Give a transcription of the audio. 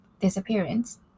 disappearance